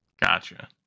Gotcha